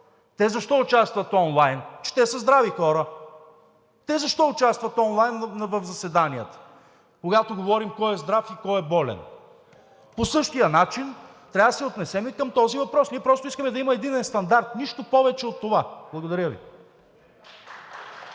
те защо участват онлайн, че те са здрави хора? Те защо участват онлайн в заседанията, когато говорим кой е здрав и кой е болен? По същия начин трябва да се отнесем и към този въпрос. Ние просто искаме да има единен стандарт. Нищо повече от това. Благодаря Ви.